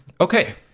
Okay